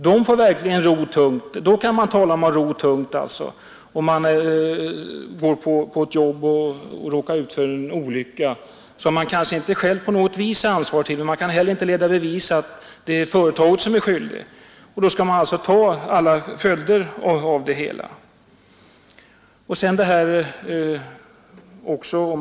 Som det nu är får den verkligen ro tungt som råkar ut för en olycka i jobbet, en olycka som man själv kanske inte på något vis är ansvarig för men som man inte heller kan bevisa att företaget bär skulden till. Den som drabbas av skadan skall då alltså ensam ta alla följder.